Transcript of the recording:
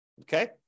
Okay